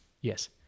Yes